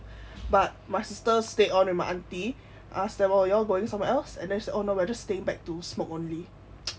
but my sister stay on with my aunty ask them all you're going somewhere else and oh no we're just staying back to smoke only